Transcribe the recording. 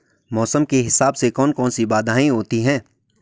मौसम के हिसाब से कौन कौन सी बाधाएं होती हैं?